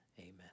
Amen